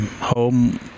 home